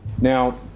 Now